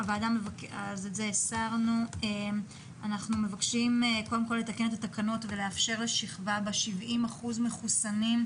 אנחנו מבקשים קודם כל לתקן את התקנות ולאפשר לשכבה בה 70% מחוסנים,